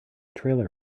trailer